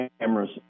cameras